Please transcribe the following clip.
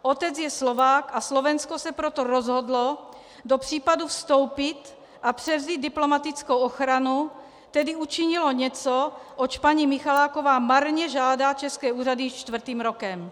Otec je Slovák, a Slovensko se proto rozhodlo do případu vstoupit a převzít diplomatickou ochranu, tedy učinilo něco, oč paní Michaláková marně žádá české úřady již čtvrtým rokem.